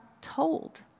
told